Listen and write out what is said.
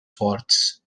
fortes